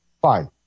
Fine